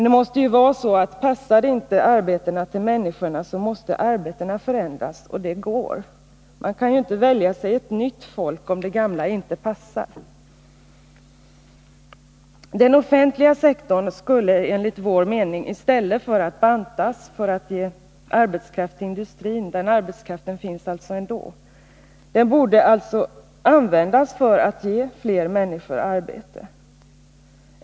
Det måste vara så att passar inte arbetena för människorna skall arbetena förändras, och det går. Man kan ju inte välja nytt folk, om det gamla inte passar. Enligt vår mening borde man i stället för att banta den offentliga sektorn i syfte att ge arbetskraft till industrin — den arbetskraften finns alltså ändå — använda den för att ge fler människor arbete.